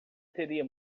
teria